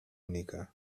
única